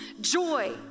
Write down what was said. joy